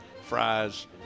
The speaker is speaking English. fries